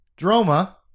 Droma